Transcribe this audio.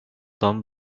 tom